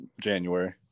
January